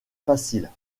faciles